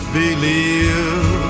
believe